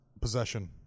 possession